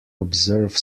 observe